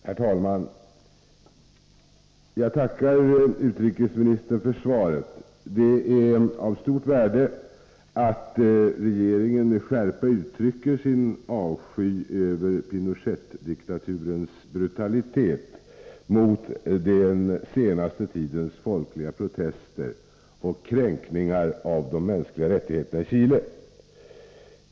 Herr talman! Jag tackar utrikesministern för svaret. Det är av stort värde att regeringen med skärpa uttrycker sin avsky över Pinochet-diktaturens brutalitet mot den senaste tidens folkliga protester och kränkningar av de mänskliga rättigheterna i Chile.